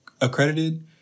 accredited